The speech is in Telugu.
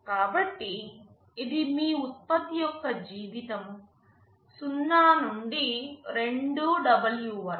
కాబట్టి ఇది మీ ఉత్పత్తి మొత్తం జీవితం 0 నుండి 2W వరకు